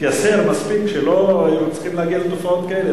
התייסר מספיק שלא היו צריכים להגיע לתופעות כאלה,